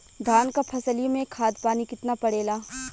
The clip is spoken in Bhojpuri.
धान क फसलिया मे खाद पानी कितना पड़े ला?